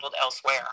elsewhere